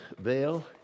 veil